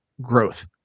growth